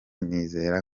nizera